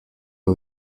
est